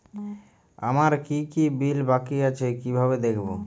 আমার কি কি বিল বাকী আছে কিভাবে দেখবো?